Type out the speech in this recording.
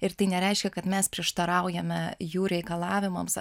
ir tai nereiškia kad mes prieštaraujame jų reikalavimams